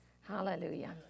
Hallelujah